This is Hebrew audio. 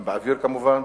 גם באוויר, כמובן.